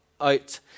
out